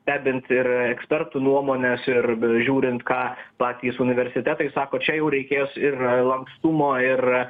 stebint ir ekspertų nuomones ir žiūrint ką patys universitetai sako čia jau reikės ir lankstumo ir